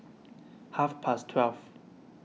half past twelve